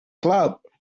club